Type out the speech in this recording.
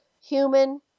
human